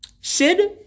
Sid